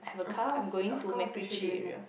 of course of course it should be